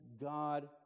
God